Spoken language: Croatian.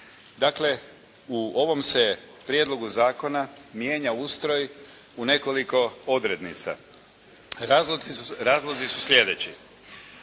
Dakle, u ovom se Prijedlogu zakona mijenja ustroj u nekoliko odrednica. Razlozi su sljedeći.